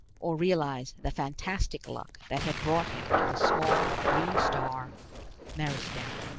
or realize the fantastic luck that had brought him to the small green star meristem.